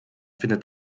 findet